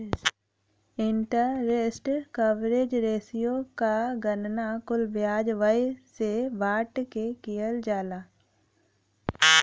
interest coverage ratio क गणना कुल ब्याज व्यय से बांट के किहल जाला